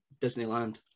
Disneyland